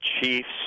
Chiefs